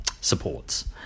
supports